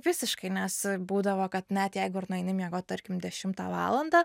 visiškai nes būdavo kad net jeigu ir nueini miegot tarkim dešimtą valandą